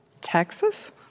Texas